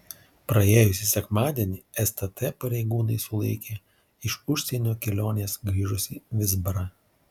praėjusį sekmadienį stt pareigūnai sulaikė iš užsienio kelionės grįžusį vizbarą